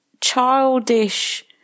childish